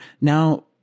now